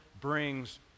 brings